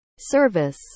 service